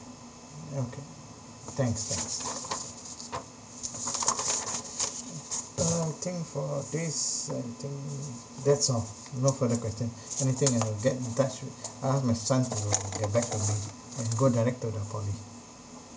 ya okay thanks thanks uh I think for this I think that's all no further question anything I will get in touch with I ask my son to get back to me and go direct to the poly